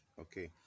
Okay